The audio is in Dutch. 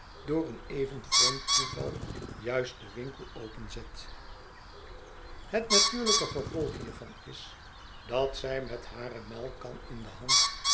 door een even vreemd toeval juist den winkel openzet het natuurlijke gevolg hiervan is dat zij met hare melkkan in de hand